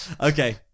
Okay